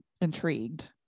intrigued